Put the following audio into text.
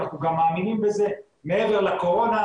אנחנו גם מאמינים בזה מעבר לקורונה,